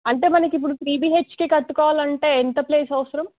అంటే మనకు ఇప్పుడు త్రీ బిహెచ్కే కట్టుకోవాలి అంటే ఎంత ప్లేస్ అవసరం